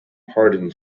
pardon